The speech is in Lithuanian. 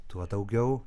tuo daugiau